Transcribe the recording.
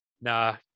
nah